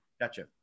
gotcha